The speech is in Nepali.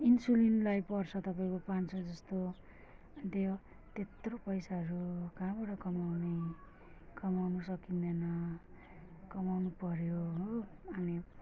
इन्सुलिनलाई पर्छ तपाईँको पाँच सौ जस्तो दे ओ त्यत्रो पैसाहरू कहाँबाट कमाउने कमाउनु सकिँदैन कमाउनु पऱ्यो हो अनि